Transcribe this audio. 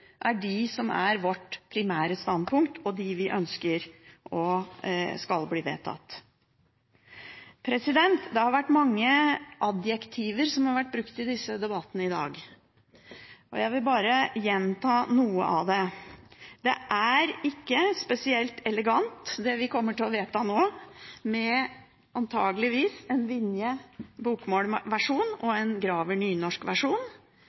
at de to parallelle versjonene, Graver–Graver, er de som er vårt primære standpunkt og de som vi ønsker skal bli vedtatt. Det har blitt brukt mange adjektiver i debatten i dag, og jeg vil bare gjenta noen av dem. Det er ikke spesielt elegant det vi kommer til å vedta nå, med – antageligvis – en